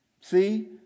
see